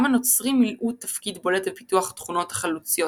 גם הנוצרים מילאו תפקיד בולט בפיתוח תכונות החלוצית